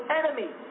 enemy